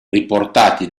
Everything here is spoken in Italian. riportati